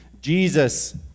Jesus